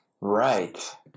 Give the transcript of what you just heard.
right